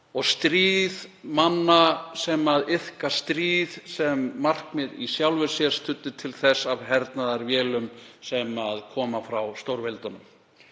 og stríð manna sem iðka stríð sem markmið í sjálfu sér, studdir til þess af hernaðarvélum sem koma frá stórveldunum